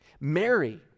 Mary